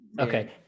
Okay